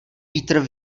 vítr